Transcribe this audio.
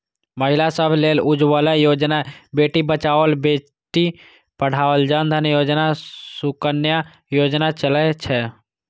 महिला सभ लेल उज्ज्वला योजना, बेटी बचाओ बेटी पढ़ाओ, जन धन योजना, सुकन्या योजना चलै छै